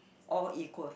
all equal